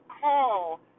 call